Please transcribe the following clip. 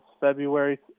february